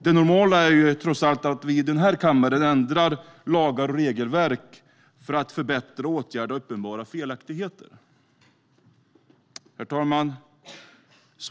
Det normala är trots allt att vi i den här kammaren ändrar lagar och regelverk för att förbättra och åtgärda uppenbara felaktigheter. Svaret på frågan är EU.